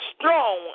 strong